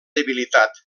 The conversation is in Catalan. debilitat